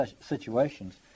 situations